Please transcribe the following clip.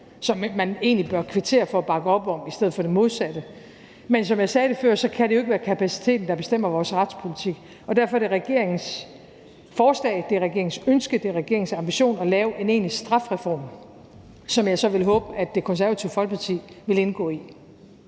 som man egentlig bør kvittere for og bakke op om i stedet for det modsatte. Men som jeg sagde før, kan det jo ikke være kapaciteten, der bestemmer vores retspolitik, og derfor er det regeringens forslag, regeringens ønske og regeringens ambition at lave en egentlig strafreform, som jeg så vil håbe, at Det Konservative Folkeparti vil indgå i